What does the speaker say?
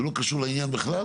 שהוא לא קשור לעניין בכלל?